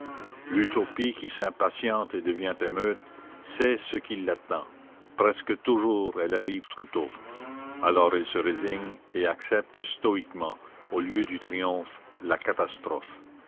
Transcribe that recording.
l'utopie qui s'impatiente et devient émeute sait ce qui l'attend presque toujours elle arrive trop tôt alors elle se résigne et accepte stoïquement au lieu du triomphe la catastrophe